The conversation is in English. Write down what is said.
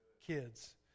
kids